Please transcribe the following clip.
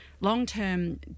long-term